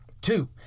Two